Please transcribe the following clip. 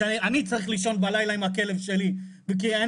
כשאני צריך לישון בלילה עם הכלב שלי כי אני